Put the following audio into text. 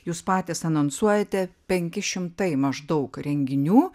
jūs patys anonsuojate penki šimtai maždaug renginių